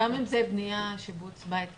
גם אם זה בנייה, שיפוץ בית קיים?